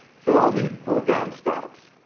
so i'll need four downspouts,